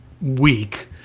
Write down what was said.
week